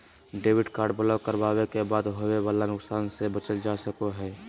debit card block करावे के बाद होवे वाला नुकसान से बचल जा सको हय